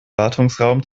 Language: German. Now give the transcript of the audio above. wartungsraum